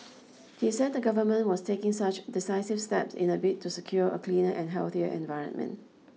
he said the government was taking such decisive steps in a bid to secure a cleaner and healthier environment